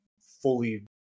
fully